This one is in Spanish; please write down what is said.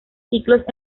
ciclos